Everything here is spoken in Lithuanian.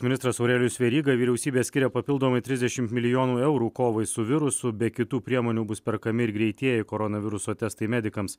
ministras aurelijus veryga vyriausybė skiria papildomai trisdešimt milijonų eurų kovai su virusu be kitų priemonių bus perkami ir greitieji koronaviruso testai medikams